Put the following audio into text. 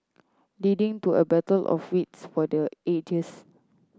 leading to a battle of wits for the ages